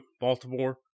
Baltimore